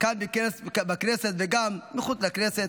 כאן בכנסת, וגם מחוץ לכנסת.